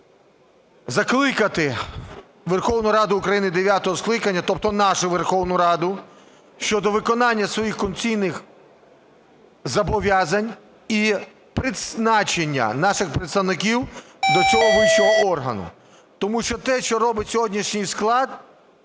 закликати Верховну Раду України дев'ятого скликання, тобто нашу Верховну Раду, до виконання своїх конституційних зобов'язань і призначення наших представників до цього вищого органу. Тому що те, що робить сьогоднішній склад,